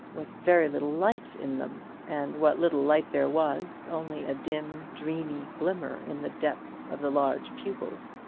with very little light in them, and what little light there was, only a dim dreamy glimmer in the depths of the large pupils.